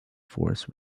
force